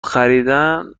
خریدن